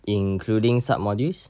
including submodules